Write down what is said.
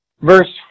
verse